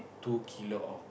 two kilo of